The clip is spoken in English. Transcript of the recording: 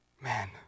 man